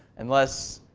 unless,